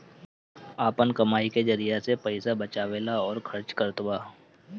आपन कमाई के जरिआ से पईसा बचावेला अउर खर्चा करतबा